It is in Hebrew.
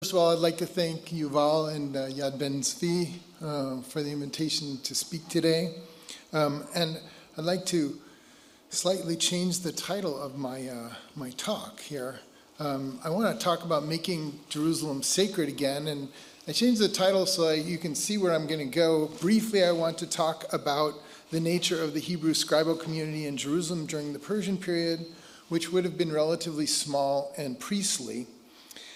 קודם כל, אני רוצה להודות לגבי יובל ולגבי יד בן-צבי על ההזמנה לדבר היום ואני רוצה לנסות להחליט קצת את עצמי לדבר שלי אני רוצה לדבר על איך לעשות ירושלים חיים עוד פעם ואני חליט את עצמי כדי שאתם יכולים לראות איפה אני הולך בקרוב, אני רוצה לדבר על הטבע של הקבוצה העברית של ירושלים בזמן הפרשן שזה היה קצת קטן ומסוים